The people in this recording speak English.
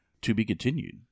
To-be-continued